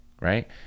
right